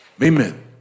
Amen